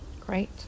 Great